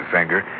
Finger